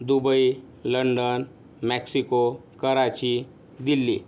Dubai London Mexico Karachi Delhi